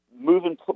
moving